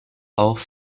auch